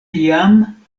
tiam